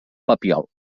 papiol